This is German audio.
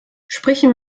sprechen